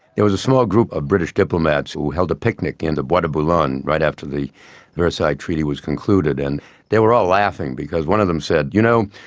there was a small group of british diplomats who held a picnic in the bois de bolougne right after the versailles treaty was concluded and they were all laughing, because one of them said, you know,